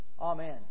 Amen